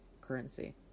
currency